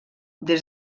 des